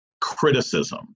criticism